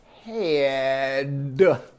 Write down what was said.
head